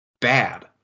bad